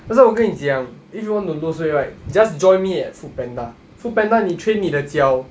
that's why 我跟你讲 if you want to lose weight right just join me at foodpanda foodpanda 你 train 你的脚